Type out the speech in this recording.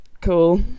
Cool